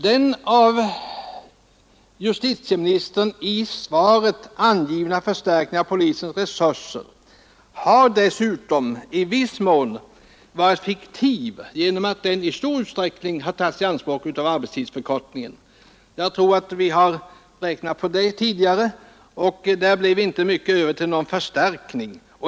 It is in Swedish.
Den av justitieministern i svaret angivna förstärkningen av polisens resurser har dessutom i viss mån varit fiktiv genom att den i stor utsträckning tagits i anspråk av arbetstidsförkortningen. Jag tror att vi räknade på det tidigare och att det då inte blev mycket över till någon förstärkning.